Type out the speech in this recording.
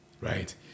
right